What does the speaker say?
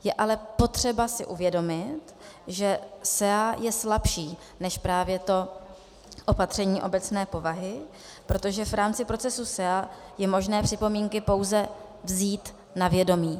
Je ale potřeba si uvědomit, že SEA je slabší než právě to opatření obecné povahy, protože v rámci procesu SEA je možné připomínky pouze vzít na vědomí.